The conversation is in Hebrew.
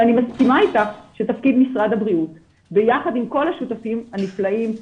ואני מסכימה איתך שתפקיד משרד הבריאות ביחד עם כל השותפים הנפלאים,